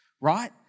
right